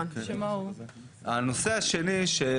אם ככה אפשר